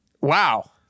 wow